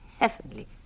heavenly